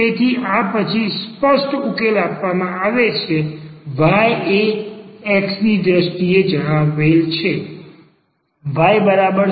તેથી આ પછી સ્પષ્ટ ઉકેલ આપવામાં આવે છે y એ x ની દ્રષ્ટિએ જણાવેલ છે